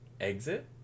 Exit